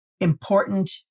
important